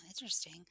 interesting